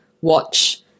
watch